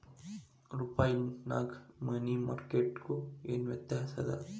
ರೂಪಾಯ್ಗು money market ಗು ಏನ್ ವ್ಯತ್ಯಾಸದ